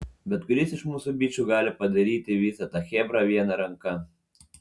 bet kuris iš mūsų bičų gali padaryti visą tą chebrą viena ranka